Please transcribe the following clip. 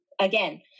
Again